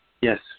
Yes